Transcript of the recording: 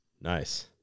Nice